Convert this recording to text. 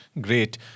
Great